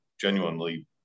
genuinely